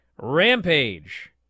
Rampage